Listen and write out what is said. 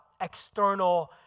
external